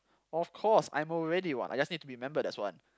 of course I'm already one I just need to remember that's one